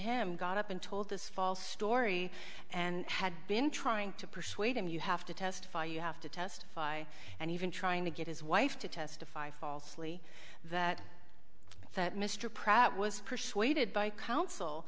him got up and told this false story and had been trying to persuade him you have to testify you have to testify and even trying to get his wife to testify falsely that that mr pratt was persuaded by coun